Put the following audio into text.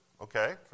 okay